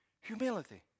Humility